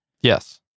Yes